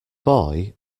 boy